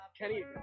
Kenny